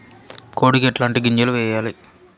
కోడికి ఎట్లాంటి గింజలు వేయాలి?